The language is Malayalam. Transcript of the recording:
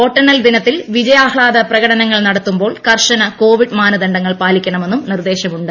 വോട്ടെണ്ണൽ ദിനത്തിൽ വിജയാഹ്ലാദ പ്രകടനങ്ങൾ നടത്തുമ്പോൾ കർശന കോവിഡ് മാനദണ്ഡങ്ങൾ പാലിക്കണമെന്നും നിർദ്ദേശമുണ്ട്